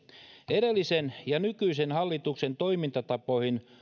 edellisen ja nykyisen hallituksen toimintatapoihin